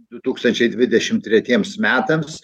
du tūkstančiai dvidešimt tretiems metams